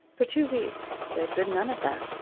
for two weeks there had been none of that.